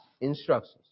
instructions